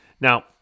Now